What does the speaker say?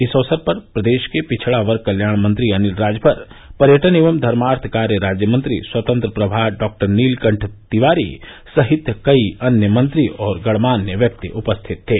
इस अवसर पर प्रदेश के पिछड़ा वर्ग कल्याण मंत्री अनिल राजभर पर्यटन एवं धर्मार्थ कार्य राज्यमंत्री स्वतंत्र प्रभार डॉक्टर नीलकंठ तिवारी सहित कई अन्य मंत्री और गणमान्य व्यक्ति उपस्थित थे